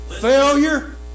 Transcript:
failure